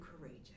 courageous